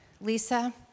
Lisa